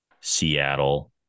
seattle